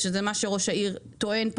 שזה מה שראש העיר טוען.